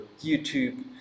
YouTube